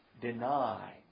deny